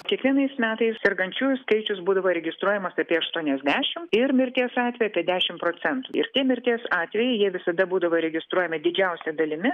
kiekvienais metais sergančiųjų skaičius būdavo registruojamas apie aštuoniasdešimt ir mirties atvejų apie dešimt procentų ir tie mirties atvejai jie visada būdavo registruojami didžiausia dalimi